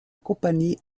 compagnie